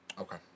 Okay